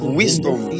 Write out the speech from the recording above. wisdom